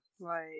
Right